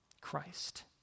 Christ